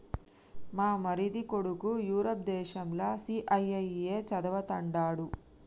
మా మరిది కొడుకు యూరప్ దేశంల సీఐఐఏ చదవతండాడు